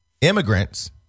immigrants